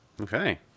Okay